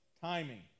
timing